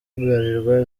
bralirwa